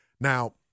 Now